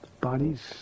bodies